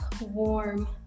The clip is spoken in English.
warm